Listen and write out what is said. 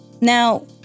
Now